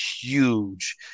huge